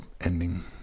ending